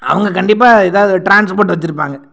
அவங்க கண்டிப்பாக எதாவது ட்ரான்ஸ்போட் வச்சிருப்பாங்க